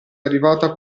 arrivata